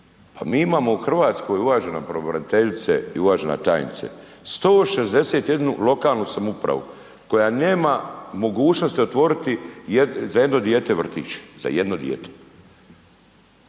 Pa mi imamo u Hrvatskoj uvažena pravobraniteljice i uvažena tajnice 161 lokalnu samoupravu koja nema mogućnosti otvoriti za jedno dijete vrtić, za jedno dijete.